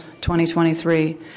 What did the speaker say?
2023